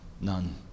none